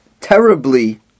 terribly